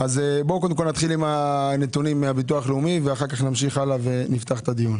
נתחיל עם הנתונים מביטוח לאומי, ואז נפתח את הדיון